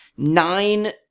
Nine